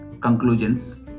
conclusions